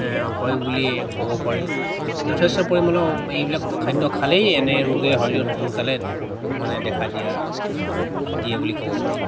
হয় বুলি ক'ব পাৰি যথেষ্ট পৰিমাণৰ এইবিলাক খাদ্য খালেই এনে ৰোগে শৰীৰত সোনকালে মানে দেখা দিয়া দিয়ে বুলি ক'ব পাৰি